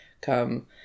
come